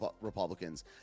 Republicans